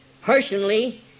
Personally